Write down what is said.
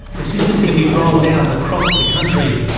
the system can be rolled out across the country.